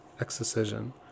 exorcism